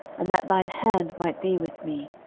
and that thine hand might be with me,